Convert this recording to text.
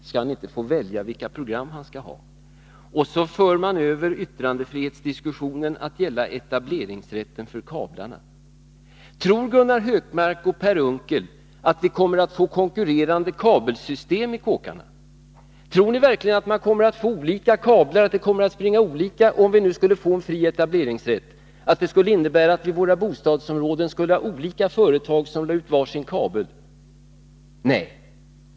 Så för Nr 115 man över yttrandefrihetsdiskussionen till att gälla etableringsrätten för kablarna. Tror Gunnar Hökmark och Per Unckel att vi kommer att få konkurrerande kabelsystem i kåkarna? Tror ni verkligen, om vi nu skulle få en fri etableringsrätt, att det skulle innebära att vi i våra bostadsområden skulle ha olika företag som lade ut var sin kabel? Nej!